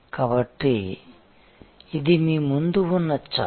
కాబట్టి ఇది మీ ముందు ఉన్న చార్ట్